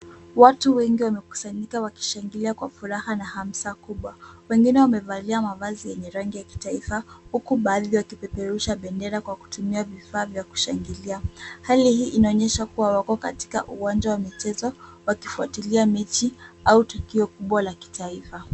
Watu wengi wamekusanyika wakishangilia kwa furaha na hamsa kubwa. Wengine wamevalia mavazi yenye rangi ya kitaifa, huku baadhi wakipeperusha bendera kwa kutumia vifaa vya kushangilia. Hali hii inaonyesha kuwa wako katika uwanja wa michezo, wakifuatilia mechi au tukio kubwa la kitaifa.